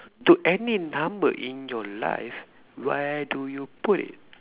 to any number in your life where do you put it